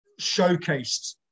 showcased